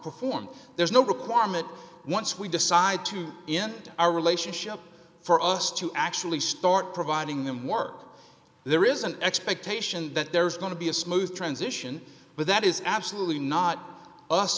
performed there's no requirement once we decide to end our relationship for us to actually start providing them work there is an expectation that there is going to be a smooth transition but that is absolutely not us